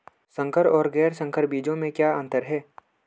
संकर और गैर संकर बीजों में क्या अंतर है?